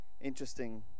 interesting